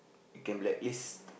you can blacklist